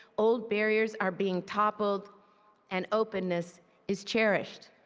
old barriers are being toppled and openness is cherished.